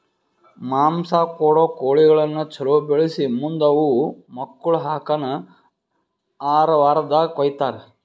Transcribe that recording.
ಮಾಂಸ ಕೊಡೋ ಕೋಳಿಗಳನ್ನ ಛಲೋ ಬೆಳಿಸಿ ಮುಂದ್ ಅವು ಮಕ್ಕುಳ ಹಾಕನ್ ಆರ ವಾರ್ದಾಗ ಕೊಯ್ತಾರ